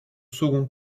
second